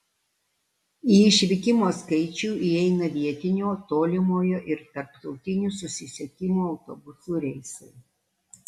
į išvykimo skaičių įeina vietinio tolimojo ir tarptautinio susisiekimų autobusų reisai